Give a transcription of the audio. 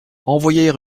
envoyer